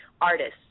artists